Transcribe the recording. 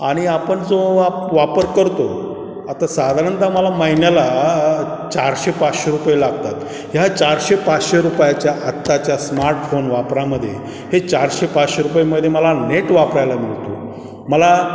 आणि आपण जो वा वापर करतो आता साधारणतः मला महिन्याला आ चारशे पाचशे रुपये लागतात ह्या चारशे पाचशे रुपयाच्या आत्ताच्या स्मार्टफोन वापरामध्ये हे चारशे पाचशे रुपयामध्ये मला नेट वापरायला मिळतो मला